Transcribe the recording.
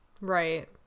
Right